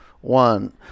one